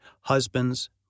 husbands